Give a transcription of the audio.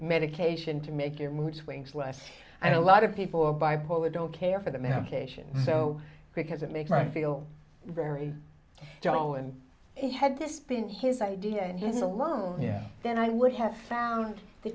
medication to make your mood swings less i lot of people who are bipolar don't care for the medication so because it makes my feel very gentle and he had this been his idea and his alone yeah then i would have found the